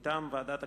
מטעם ועדת הכספים: